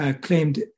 claimed